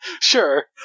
Sure